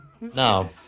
No